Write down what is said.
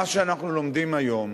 מה שאנחנו לומדים היום